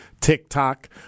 TikTok